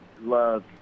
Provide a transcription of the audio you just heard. Love